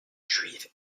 juive